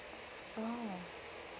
oh